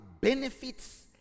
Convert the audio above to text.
benefits